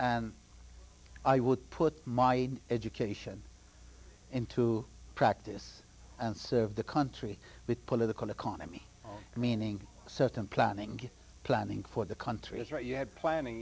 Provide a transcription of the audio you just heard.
and i would put my education into practice and serve the country with political economy meaning certain planning planning for the country is right you had planning